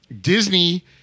Disney